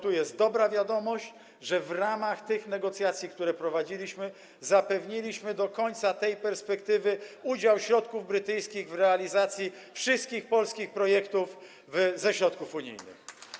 Tu jest dobra wiadomość: w ramach tych negocjacji, które prowadziliśmy, zapewniliśmy do końca tej perspektywy udział środków brytyjskich w realizacji wszystkich polskich projektów ze środków unijnych.